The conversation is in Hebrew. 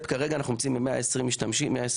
כרגע אנחנו נמצאים ב-120 תלמידים.